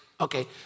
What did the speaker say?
Okay